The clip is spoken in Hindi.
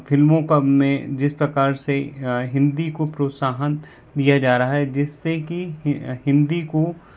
फिल्मों का में जिस प्रकार से हिन्दी को प्रोत्साहन दिया जा रहा हैं जिससे कि हिन्दी को